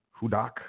Hudak